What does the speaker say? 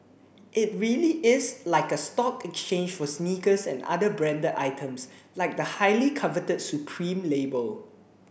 it really is like a stock exchange for sneakers and other branded items like the highly coveted Supreme label